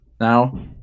now